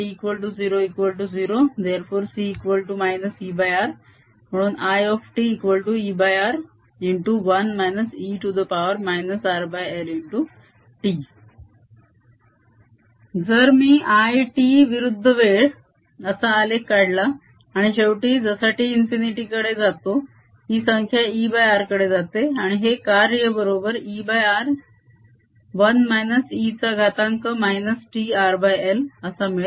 It00 ∴C R ItR जर मी I t विरुद्ध वेळ असा आलेख काढला आणि शेवटी जसा t इन्फिनिटी कडे जातो ही संख्या ER कडे जाते आणि हे कार्य बरोबर ER 1 - e चा घातांक -tRL असा मिळेल